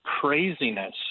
craziness